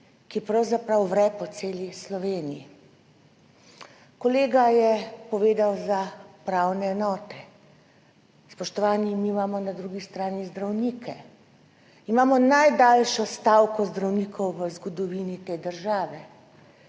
ki pravzaprav vre po celi Sloveniji. Kolega je povedal za upravne enote. Spoštovani, mi imamo na drugi strani zdravnike. Imamo najdaljšo stavko zdravnikov v zgodovini te države.